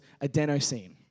adenosine